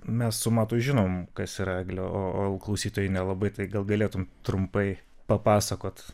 mes su matu žinom kas yra eglė o o klausytojai nelabai tai gal galėtum trumpai papasakot